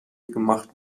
gemacht